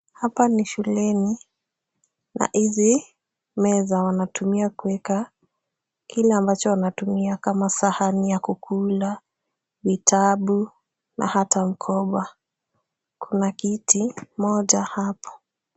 Hapa ni shuleni na hizi meza wanatumia kuweka kile ambacho wanatumia kama sahani ya kula, vitabu na hata mkoba. Kuna kiti moja hapo.